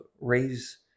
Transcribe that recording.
raise